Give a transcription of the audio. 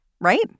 right